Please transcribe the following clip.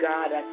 God